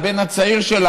הבן הצעיר שלה,